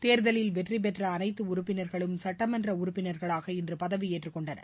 தோ்தலில் வெற்றிபெற்ற அனைத்து உறுப்பினா்களும் சட்டமன்ற உறுப்பினா்களா இன்று பதவியேற்றுக் கொண்டனர்